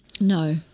No